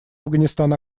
афганистан